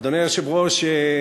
אדוני היושב-ראש,